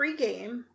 pregame